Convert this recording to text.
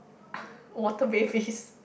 water babies